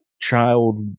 child